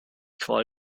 qual